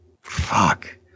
fuck